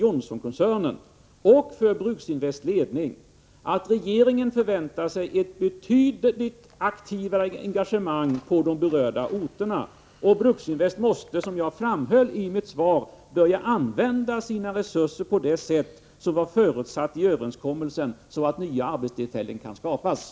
Johnsonkoncernen och Bruksinvests ledning, att regeringen förväntar sig ett betydligt aktivare engagemang på de berörda orterna. Bruksinvest måste — som jag framhöll i mitt svar — börja använda sina resurser på det sättet att nya arbetstillfällen kan skapas, vilket förutsattes i överenskommelsen.